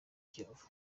kiyovu